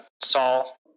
Saul